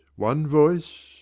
one voice,